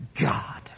God